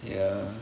ya